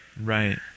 Right